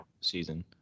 season